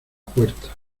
puerta